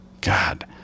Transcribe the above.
god